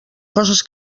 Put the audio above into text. coses